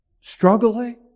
Struggling